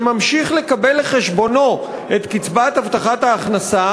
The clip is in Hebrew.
שממשיך לקבל לחשבונו את קצבת הבטחת ההכנסה,